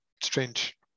strange